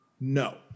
No